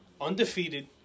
Undefeated